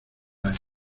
año